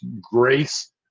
Grace